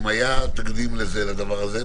אם היה תקדים לדבר הזה,